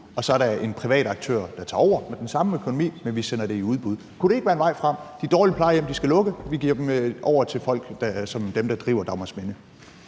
og så er der en privat aktør, der tager over med den samme økonomi, men vi sender det i udbud. Kunne det ikke være en vej frem? De dårlige plejehjem skal lukke, vi giver dem til folk, der er som dem, der driver Dagmarsminde.